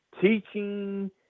teaching